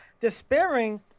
Despairing